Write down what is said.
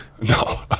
No